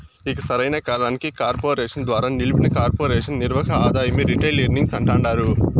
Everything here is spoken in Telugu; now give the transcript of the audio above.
ఇక సరైన కాలానికి కార్పెరేషన్ ద్వారా నిలిపిన కొర్పెరేషన్ నిర్వక ఆదాయమే రిటైల్ ఎర్నింగ్స్ అంటాండారు